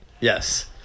yes